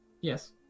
Yes